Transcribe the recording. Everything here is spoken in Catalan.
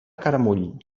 caramull